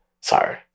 Sorry